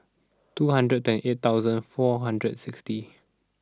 two hundred eight thousand four hundred and sixty